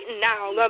now